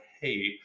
hey